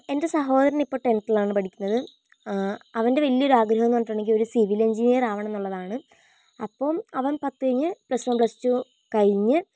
എൻ്റെ സഹോദരനിപ്പം ടെൻത്തിലാണ് പഠിക്കുന്നത് അവൻ്റെ വലിയൊരു ആഗ്രഹമെന്ന് പറഞ്ഞിട്ടുണ്ടെങ്കിൽ ഒരു സിവിൽ എഞ്ചിനീയറാകണോന്നുള്ളതാണ് അപ്പം അവൻ പത്ത് കഴിഞ്ഞ് പ്ലസ് വൺ പ്ലസ് ടു കഴിഞ്ഞ്